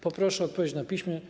Proszę o odpowiedź na piśmie.